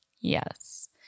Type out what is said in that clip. Yes